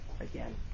again